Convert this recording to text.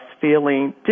feeling